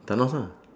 thanos ah